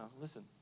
Listen